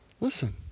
listen